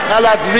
ההצעה